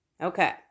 Okay